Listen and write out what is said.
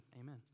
Amen